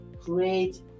create